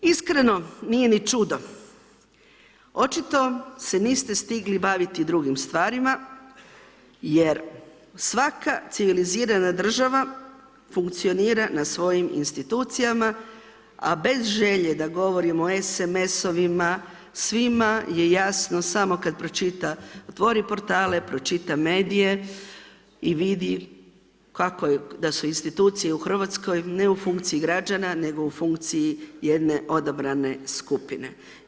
Iskreno nije ni čudo, očito se niste stigli baviti drugim stvarima, jer svaka civilizirana država funkcionira na svojim institucijama a bez želje da govorimo o SMS-ovima, svima je jasno kada pročita, otvori portale, pročita medije i vidi da su institucije u Hrvatskoj ne u funkciji građana, nego u funkciji jedne odabrane skupine.